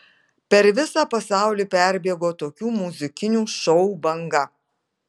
per visą pasaulį perbėgo tokių muzikinių šou banga